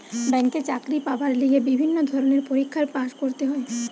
ব্যাংকে চাকরি পাবার লিগে বিভিন্ন ধরণের পরীক্ষায় পাস্ করতে হয়